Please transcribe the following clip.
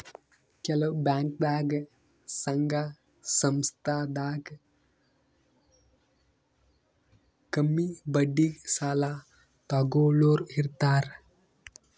ಕೆಲವ್ ಬ್ಯಾಂಕ್ದಾಗ್ ಸಂಘ ಸಂಸ್ಥಾದಾಗ್ ಕಮ್ಮಿ ಬಡ್ಡಿಗ್ ಸಾಲ ತಗೋಳೋರ್ ಇರ್ತಾರ